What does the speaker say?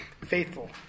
faithful